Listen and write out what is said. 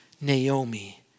Naomi